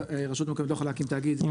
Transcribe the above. רשות מקומית לא יכולה להקים תאגיד --- בבחירות.